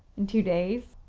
in two days.